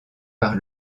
par